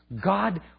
God